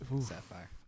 Sapphire